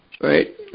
right